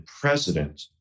president